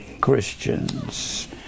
Christians